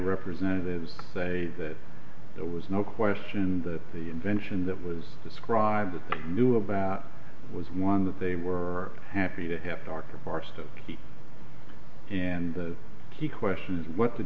representatives say that there was no question that the invention that was described with them knew about was one that they were happy to have darker parts of the and the key question is what the